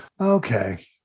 Okay